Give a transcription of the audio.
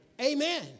Amen